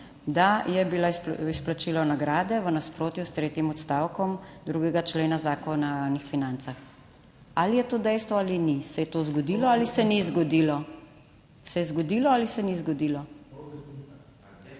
da je bilo izplačilo nagrade v nasprotju s tretjim odstavkom 2. člena Zakona o javnih financah? Ali je to dejstvo ali ni? Se je to zgodilo ali se ni zgodilo? Se je zgodilo ali se **68.